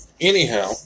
Anyhow